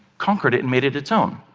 conquered it and made it its own.